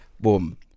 Boom